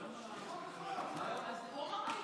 תעסוקה